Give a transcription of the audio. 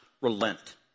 relent